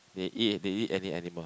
they eat they eat any animal